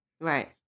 right